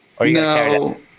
No